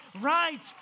right